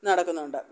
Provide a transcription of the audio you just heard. നടക്കുന്നുണ്ട്